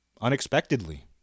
unexpectedly